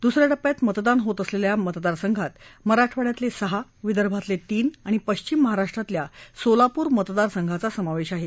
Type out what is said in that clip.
दुसऱ्या टप्प्यात मतदान होत असलेल्या मतदारसंघात मराठवाड्यातले सहा विदर्भातले तीन आणि पश्चिम महाराष्ट्रातल्या सोलापूर मतदारसंघाचा समावेश आहे